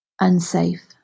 unsafe